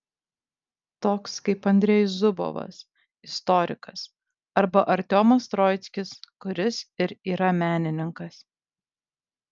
toks kaip andrejus zubovas istorikas arba artiomas troickis kuris ir yra menininkas